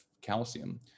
calcium